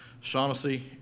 Shaughnessy